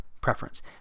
preference